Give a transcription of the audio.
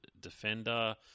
defender